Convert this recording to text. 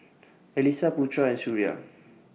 Alyssa Putra and Suria